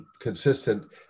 consistent